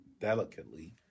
delicately